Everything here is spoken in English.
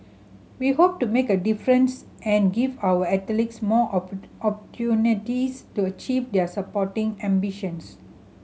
we hope to make a difference and give our athletes more opportunities to achieve their sporting ambitions